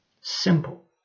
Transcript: simple